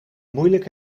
moeilijk